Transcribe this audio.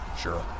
Sure